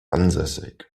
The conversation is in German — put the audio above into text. ansässig